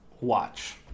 watch